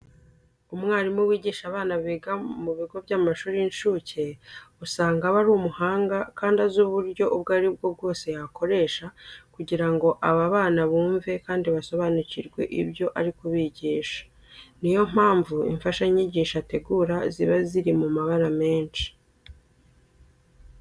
Umwarimu wigisha abana biga mu bigo by'amashuri y'incuke usanga aba ari umuhanga kandi azi uburyo ubwo ari bwo bwose yakoresha kugira ngo aba bana bumve kandi basobanukirwe ibyo ari kubigisha. Ni yo mpamvu imfashanyigisho ategura ziba ziri mu mabara menshi.